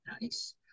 Nice